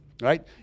Right